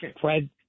Fred